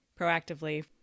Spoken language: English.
proactively